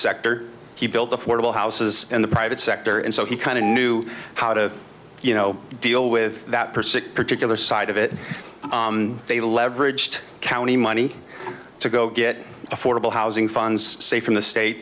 sector he built affordable houses in the private sector and so he kind of knew how to you know deal with that person particular side of it they leveraged county money to go get affordable housing funds say from the state